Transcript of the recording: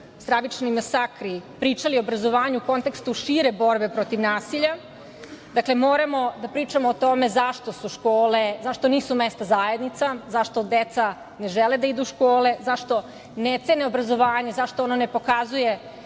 stravični masakri pričali o obrazovanju u kontekstu šire borbe protiv nasilja. Dakle, moramo da pričamo o tome zašto su škole, zašto nisu mesna zajednica, zašto deca ne žele da idu u škole, zašto ne cene obrazovanje, zašto ono ne pokazuje